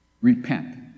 repent